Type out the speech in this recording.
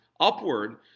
Upward